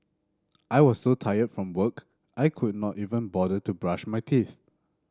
I was so tired from work I could not even bother to brush my teeth